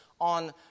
on